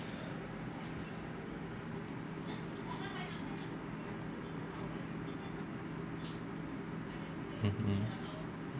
mmhmm